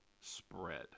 spread